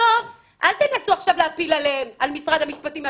אל תנסו עכשיו להפיל עליהם, על משרד המשפטים.